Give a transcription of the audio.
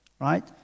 right